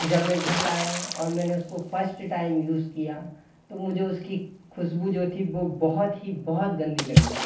जब मैं घर लाया और मैंने उसको फर्स्ट टाइम यूज़ किया तो मुझे उसकी खुशबू जो थी वो बहुत ही बहुत गंदी लगी